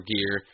Gear